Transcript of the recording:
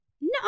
No